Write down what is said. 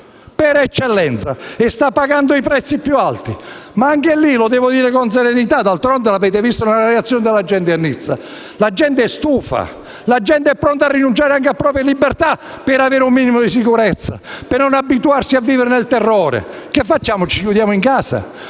per eccellenza e sta pagando il prezzo più alto. Ma anche lì - lo dico con serenità, perché d'altronde l'avete visto anche nella reazione della gente a Nizza - la gente è stufa ed è pronta a rinunciare ad alcune libertà per avere un minimo di sicurezza, per non abituarsi a vivere nel terrore. Che facciamo, ci chiudiamo in casa?